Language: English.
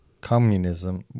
Communism